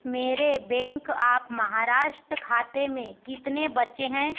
मेरे bank of Maharashtra खाते मे कितने बचे हैं